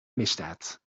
misdaad